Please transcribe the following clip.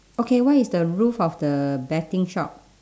okay what is the roof of the betting shop